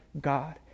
God